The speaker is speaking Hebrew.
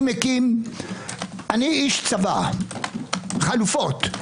אני איש צבא חלופות.